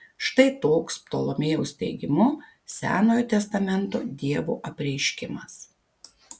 štai toks ptolomėjaus teigimu senojo testamento dievo apreiškimas